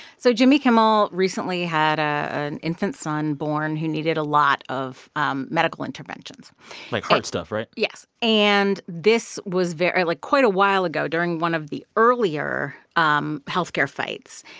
so jimmy kimmel recently had ah an infant son born who needed a lot of um medical interventions like heart stuff, right? yes. and this was very like, quite a while ago during one of the earlier um health care fights,